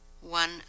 One